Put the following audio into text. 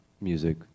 music